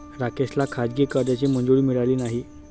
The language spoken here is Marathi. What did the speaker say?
राकेशला खाजगी कर्जाची मंजुरी मिळाली नाही